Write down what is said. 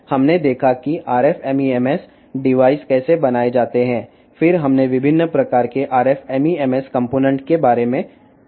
ఇప్పుడు ముగించడానికి ముందు ఒకసారి చెప్పుకొంటే మనము RF MEMS తో ప్రారంభించాము RF MEMS పరికరాలు ఎలా తయారయ్యాయో చూశాము